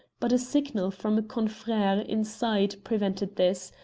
but a signal from a confrere inside prevented this,